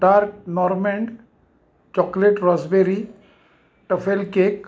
dark normandy chocolate raspberry truffle cake